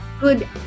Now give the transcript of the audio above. good